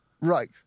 right